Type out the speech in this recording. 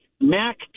Mac